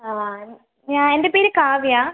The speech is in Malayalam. ആ ഞാ എൻ്റെ പേര് കാവ്യ